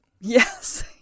Yes